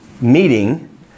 meeting